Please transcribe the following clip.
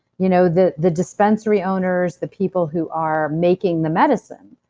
you know the the dispensary owners, the people who are making the medicine.